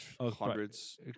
Hundreds